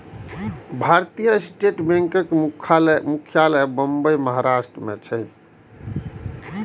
भारतीय स्टेट बैंकक मुख्यालय मुंबई, महाराष्ट्र मे छै